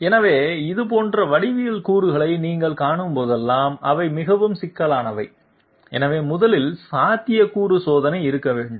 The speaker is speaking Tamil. எனவே இதுபோன்ற வடிவியல் கூறுகளை நீங்கள் காணும்போதெல்லாம் அவை மிகவும் சிக்கலானவை எனவே முதலில் சாத்தியக்கூறு சோதனை இருக்க வேண்டும்